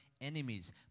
enemies